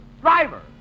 Driver